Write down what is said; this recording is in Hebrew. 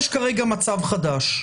יש כרגע מצב חדש,